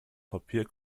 papier